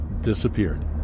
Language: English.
disappeared